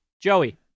Joey